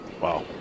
Wow